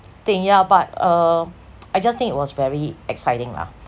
thing yeah but uh I just think it was very exciting lah